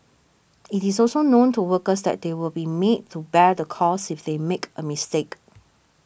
it is also known to workers that they will be made to bear the cost if they make a mistake